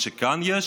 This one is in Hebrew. מה שכאן יש